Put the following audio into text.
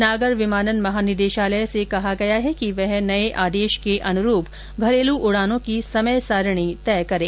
नागर विमानन महानिदेशालय से कहा गया है कि वह नए आदेश के अनुरूप घरेलू उडानों की समय सारणी तय करें